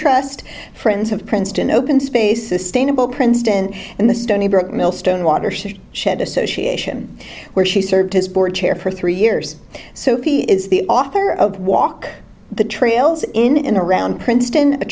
trust friends of princeton open space sustainable princeton and the stony brook mill stone watershed shed association where she served as board chair for three years so he is the author of walk the trails in and around princeton a